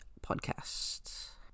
podcasts